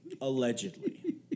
Allegedly